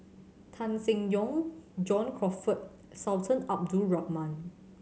Tan Seng Yong John Crawfurd Sultan Abdul Rahman